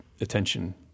attention